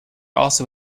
also